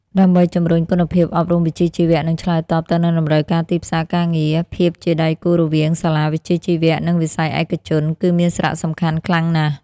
ដើម្បីជំរុញគុណភាពអប់រំវិជ្ជាជីវៈ និងឆ្លើយតបទៅនឹងតម្រូវការទីផ្សារការងារ ភាពជាដៃគូរវាងសាលាវិជ្ជាជីវៈ និងវិស័យឯកជន គឺមានសារៈសំខាន់ខ្លាំងណាស់។